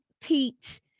teach